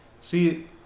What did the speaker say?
See